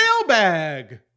Mailbag